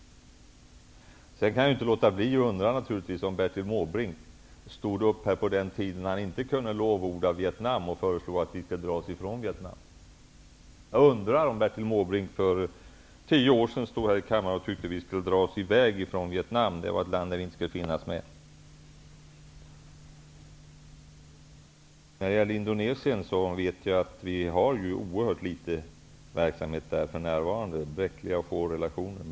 Jag kan, naturligtvis, inte låta bli att undra om Bertil Måbrink stod upp här i kammaren på den tiden då han inte kunde lovorda Vietnam -- dvs. för tio år sedan då han föreslog att vi skulle dra oss bort från Vietnam, ett land där vi inte skulle finnas med. När det gäller Indonesien vet jag att vi för närvarande har oerhört litet verksamhet där. Det handlar om bräckliga och få relationer.